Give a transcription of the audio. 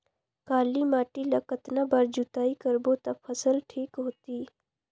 काली माटी ला कतना बार जुताई करबो ता फसल ठीक होती?